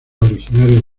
originario